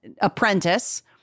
apprentice